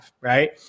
Right